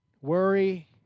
worry